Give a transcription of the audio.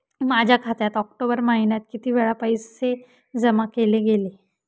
माझ्या खात्यात ऑक्टोबर महिन्यात किती वेळा पैसे जमा केले गेले?